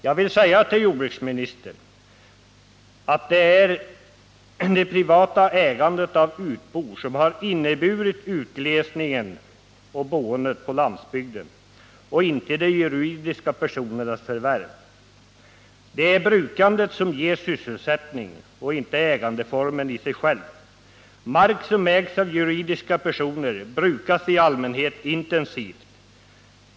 Jag vill säga till jordbruksministern att det är det privata ägandet av utbor som har inneburit utglesningen av boendet på landsbygden och inte de juridiska personernas förvärv. Det är brukandet som ger sysselsättning och inte ägandeformen i sig själv. Mark som ägs av juridiska personer brukas i allmänhet intensivt.